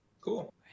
Cool